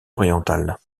orientale